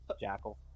Jackal